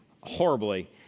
horribly